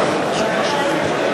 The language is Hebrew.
גפני,